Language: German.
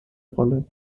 rolle